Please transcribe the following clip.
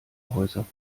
häuser